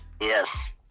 Yes